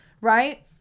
right